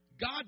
God